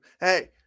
Hey